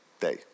day